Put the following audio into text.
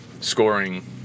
scoring